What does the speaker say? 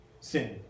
sin